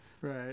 Right